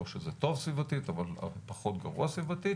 לא שזה טוב סביבתית אבל פחות גרוע סביבתית,